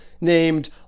named